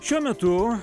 šiuo metu